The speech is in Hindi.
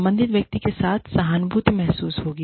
संबंधित व्यक्ति के साथ सहानुभूति महसूस होगी